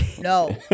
No